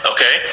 Okay